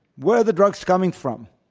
where are the drugs coming from?